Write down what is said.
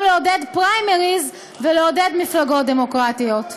לעודד פריימריז ולעודד מפלגות דמוקרטיות.